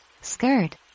Skirt